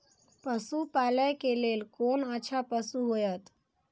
पशु पालै के लेल कोन अच्छा पशु होयत?